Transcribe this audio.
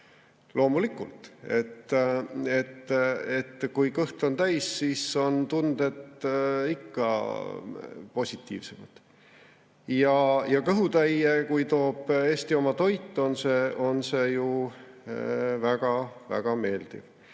Loomulikult, kui kõht on täis, siis on tunded ikka positiivsemad. Kui kõhutäie annab Eesti oma toit, siis on see ju väga-väga meeldiv.